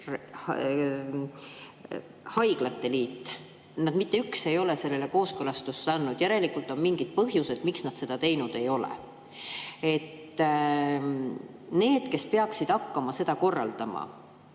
haiglate liit. Mitte ükski neist ei ole sellele kooskõlastust andnud. Järelikult on mingid põhjused, miks nad seda teinud ei ole. Need, kes peaksid hakkama seda korraldama,